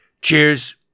cheers